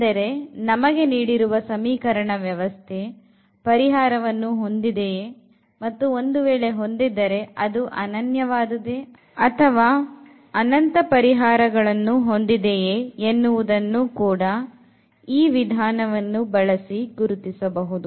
ಅಂದರೆ ನಮಗೆ ನೀಡಿರುವ ಸಮೀಕರಣ ವ್ಯವಸ್ಥೆ ಪರಿಹಾರವನ್ನು ಹೊಂದಿದೆಯೇ ಮತ್ತು ಒಂದು ವೇಳೆ ಹೊಂದಿದ್ದರೆ ಅದು ಅನನ್ಯವಾದುದೇ ಅಥವಾ ಅನಂತ ಪರಿಹಾರಗಳನ್ನು ಹೊಂದಿದೆಯೇ ಎನ್ನುವುದನ್ನು ಕೂಡ ಈ ವಿಧಾನವನ್ನು ಬಳಸಿ ಗುರುತಿಸಬಹುದು